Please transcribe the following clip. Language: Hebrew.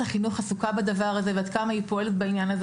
החינוך עסוקה בדבר הזה ופועלת בעניינו.